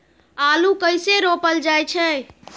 आलू कइसे रोपल जाय छै?